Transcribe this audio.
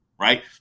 right